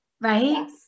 right